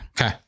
okay